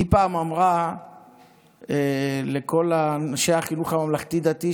היא פעם אמרה לכל אנשי החינוך הממלכתי-דתי,